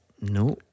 No